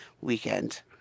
weekend